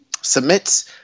submits